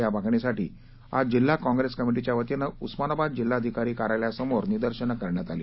या मागणीसाठी आज जिल्हा कॉप्रेस कमिटीच्या वतीनं उस्मानाबाद जिल्हाधिकारी कार्यालयासमोर निर्दशन करण्यात आली